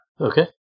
Okay